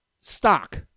stock